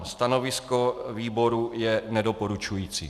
Stanovisko výboru je nedoporučující.